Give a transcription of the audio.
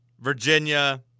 Virginia